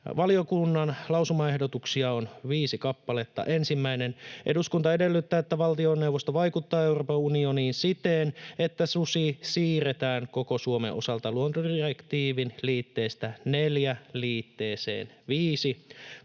Valiokunnan lausumaehdotuksia on viisi kappaletta. Ensimmäinen: ”Eduskunta edellyttää, että valtioneuvosto vaikuttaa Euroopan unioniin siten, että susi siirretään koko Suomen osalta luontodirektiivin liitteestä IV liitteeseen V.” Kaksi: